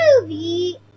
movie